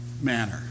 manner